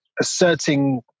asserting